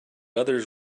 others